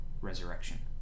resurrection